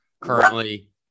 currently